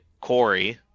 Corey